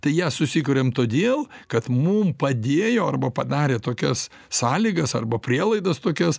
tai ją susikuriam todėl kad mum padėjo arba padarė tokias sąlygas arba prielaidas tokias